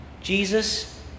Jesus